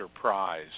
Prize